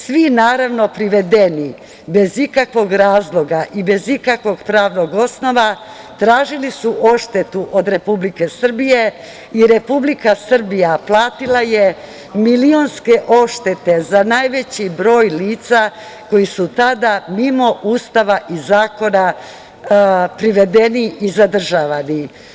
Svi naravno privedeni, bez ikakvog razloga i bez ikakvog pravnog osnova tražili su odštetu od Republike Srbije i Republika Srbija platila je milionske odštete za najveći broj lica koji su tada mimo Ustava i zakona privedeni i zadržavani.